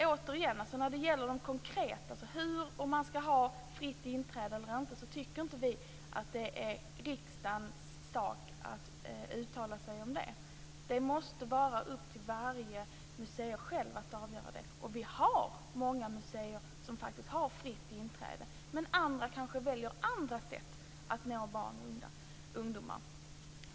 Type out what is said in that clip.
Återigen: När det gäller konkreta frågor, som om museerna ska ha fritt inträde eller inte, tycker vi inte att det är riksdagens sak att uttalat sig. Det måste vara upp till varje museum självt att avgöra det. Vi har många museer som faktiskt har fritt inträde, men andra kanske väljer andra sätt att nå barn och ungdomar.